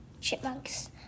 chipmunks